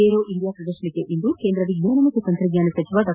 aero India ಪ್ರದರ್ಶನಕ್ಕೆ ಇಂದು ಕೇಂದ್ರ ವಿಜ್ಞಾನ ಮತ್ತು ತಂತ್ರಜ್ಞಾನ ಸಚಿವ ಡಾ